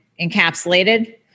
encapsulated